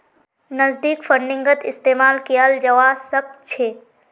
नकदीक फंडिंगत इस्तेमाल कियाल जवा सक छे